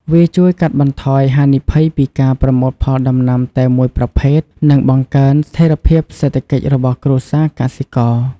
វាជួយកាត់បន្ថយហានិភ័យពីការប្រមូលផលដំណាំតែមួយប្រភេទ និងបង្កើនស្ថិរភាពសេដ្ឋកិច្ចរបស់គ្រួសារកសិករ។